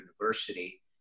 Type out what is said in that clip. university